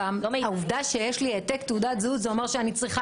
העובדה שיש לי העתק תעודת זהות זה אומר שאני צריכה